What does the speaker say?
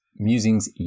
Musings